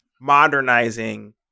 modernizing